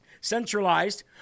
Centralized